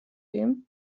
him